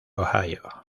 ohio